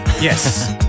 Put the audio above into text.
Yes